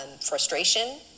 frustration